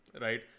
right